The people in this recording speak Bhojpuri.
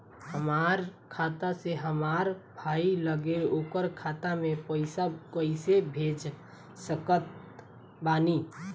हमार खाता से हमार भाई लगे ओकर खाता मे पईसा कईसे भेज सकत बानी?